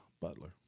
Butler